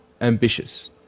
ambitious